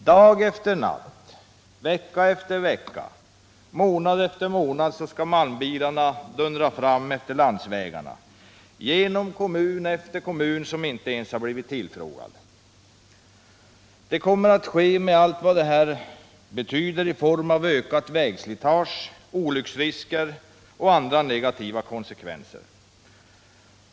Dag och natt, vecka efter vecka och månad efter månad skall malmbilarna dundra fram efter landsvägarna, genom kommun efter kommun som inte ens har blivit tillfrågade. Det kommer att ske med allt vad detta betyder i form av ökat vägslitage, olycksrisker och andra negativa konsekvenser.